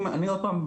אני אומר עוד פעם,